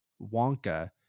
Wonka